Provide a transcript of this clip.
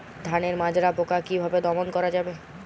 ধানের মাজরা পোকা কি ভাবে দমন করা যাবে?